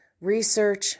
research